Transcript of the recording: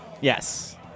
yes